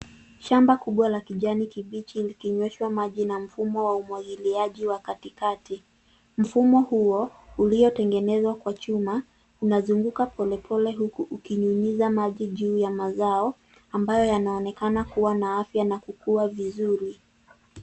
Shamba kubwa la kijani kibichi likinyweshwa maji na mfumo wa umwagiliaji wa katikati. Mfumo huo, uliotengenezwa kwa chuma, unazunguka polepole huku ukinyunyiza maji juu ya mazao, ambayo yanaonekana kuwa na afya na kukua vizuri.